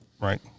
Right